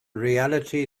reality